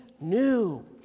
new